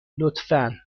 لطفا